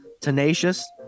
tenacious